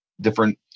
different